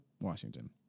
Washington